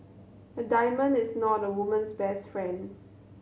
a diamond is not a woman's best friend